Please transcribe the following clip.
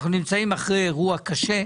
אנחנו נמצאים אחרי אירוע קשה.